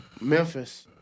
Memphis